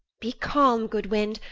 be calm, good wind,